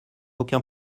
aucun